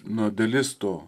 na dalis to